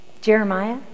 Jeremiah